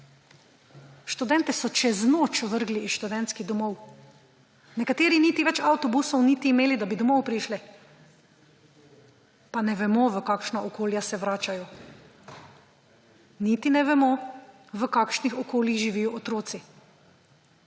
Študente so čez noč vrgli iz študentskih domov, nekateri niti več avtobusov niso imeli, da bi domov prišli. Pa ne vemo, v kakšne okolje se vračajo, niti ne vemo, v kakšnih okoljih živijo otroci.